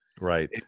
Right